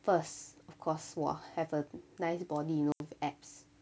first of course !wah! have a nice body you know with abs